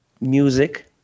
music